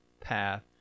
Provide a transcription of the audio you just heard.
path